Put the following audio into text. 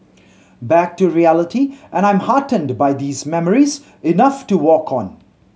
back to reality and I'm heartened by these memories enough to walk on